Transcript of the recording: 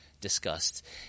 discussed